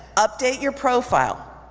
update your profile.